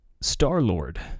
Star-Lord